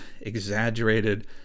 exaggerated